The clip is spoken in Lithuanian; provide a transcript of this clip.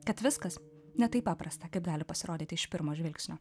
kad viskas ne taip paprasta kaip gali pasirodyti iš pirmo žvilgsnio